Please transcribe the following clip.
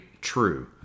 true